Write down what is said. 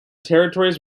territories